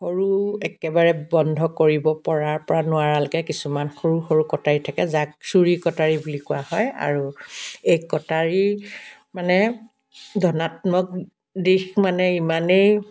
সৰু একেবাৰে বন্ধ কৰিব পৰাৰ পৰা নোৱাৰালৈকে কিছুমান কটাৰী থাকে যাক চুৰী কটাৰি বুলি কোৱা হয় আৰু এই কটাৰী মানে ধনাত্মক দিশ মানে ইমানেই